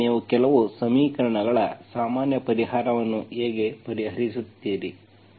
ಆದ್ದರಿಂದ ನೀವು ಕೆಲವು ಸಮೀಕರಣಗಳ ಸಾಮಾನ್ಯ ಪರಿಹಾರವನ್ನು ಹೇಗೆ ಪರಿಹರಿಸುತ್ತೀರಿ